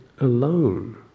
alone